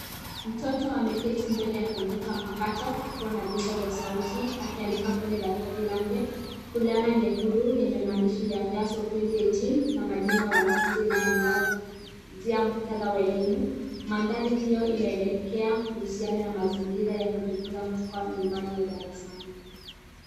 Mtoto ameketi mbele ya komyuta mpakato akiwa na vifaa vya sauti akiandika kwenye daftari lake, fulana nyekundu enye maandishi ya class of 2018 na majina ya wanafunzi inaangazia muktadha wa elimu, mandhari hiyo inaelekea kuhusiana na mazingira ya kujifunza kutoka nyumbani au darasani.